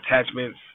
attachments